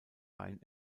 rhein